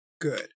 good